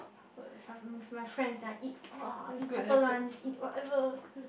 with with my friends then I eat !wah! eat pepperlunch eat whatever